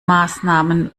maßnahmen